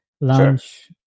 lunch